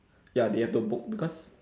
ya they have to book because